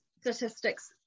statistics